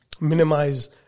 minimize